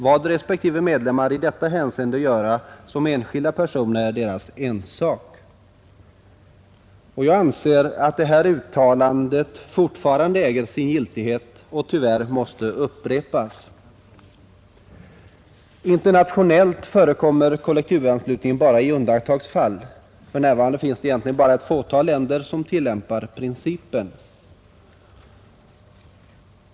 Vad respektive medlemmar i detta hänseende göra som enskilda personer är deras ensak.” Jag anser att det här uttalandet fortfarande äger sin giltighet och tyvärr måste upprepas. Internationellt förekommer kollektivanslutning bara i undantagsfall. För närvarande finns det egentligen bara ett fåtal länder som tillämpar principen.